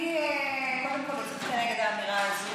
אני קודם כול יוצאת נגד האמירה הזאת,